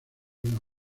una